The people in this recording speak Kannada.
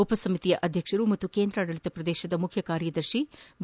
ಉಪಸಮಿತಿಯ ಅಧ್ಯಕ್ಷ ಹಾಗೂ ಕೇಂದ್ರಾಡಳಿತ ಪ್ರದೇಶದ ಮುಖ್ಯ ಕಾರ್ಯದರ್ಶಿ ಬಿ